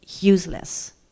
useless